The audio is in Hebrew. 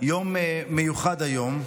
יום מיוחד היום,